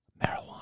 marijuana